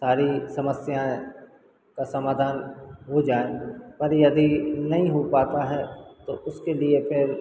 सारी समस्याएँ का समाधान हो जाए पर यदि नई हो पाता है तो उसके लिए फिर